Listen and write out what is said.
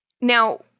Now-